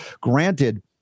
granted